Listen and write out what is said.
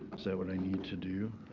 so what i need to do?